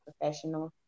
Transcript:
professional